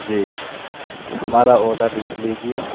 جی ہمارا آڈر لکھ لیجیے